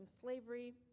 slavery